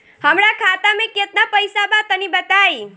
हमरा खाता मे केतना पईसा बा तनि बताईं?